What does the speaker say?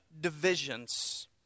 divisions